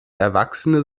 erwachsene